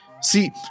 See